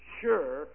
sure